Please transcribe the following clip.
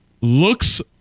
Looks